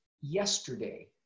yesterday